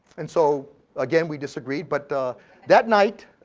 and so again, we disagreed but that night,